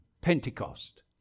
Pentecost